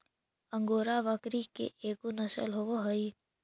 angora बकरी के एगो नसल होवऽ हई